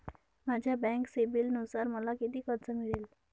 माझ्या बँक सिबिलनुसार मला किती कर्ज मिळेल?